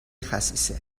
خسیسه